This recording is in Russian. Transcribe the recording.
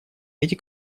эти